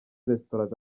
restaurant